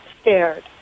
scared